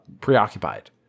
preoccupied